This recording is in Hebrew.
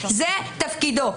זה תפקידו.